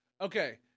Okay